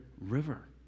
river